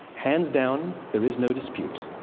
hands down, there is no dispute.